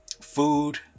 food